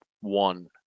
One